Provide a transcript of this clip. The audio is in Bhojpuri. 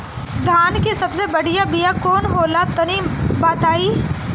धान के सबसे बढ़िया बिया कौन हो ला तनि बाताई?